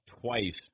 twice